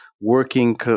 working